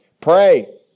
Pray